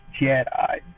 Jedi